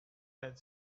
that